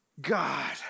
God